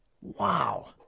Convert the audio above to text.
Wow